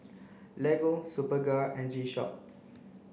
Lego Superga and G Shock